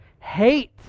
hate